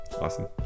awesome